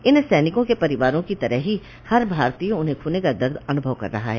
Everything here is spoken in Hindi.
इन सैनिकों के परिवारों की तरह ही हर भारतीय उन्हें खोने का दर्द का अनुभव कर रहा है